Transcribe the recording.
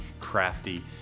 crafty